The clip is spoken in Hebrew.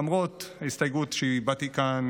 למרות ההסתייגות שהבעתי כאן,